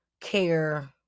care